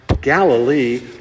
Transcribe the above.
Galilee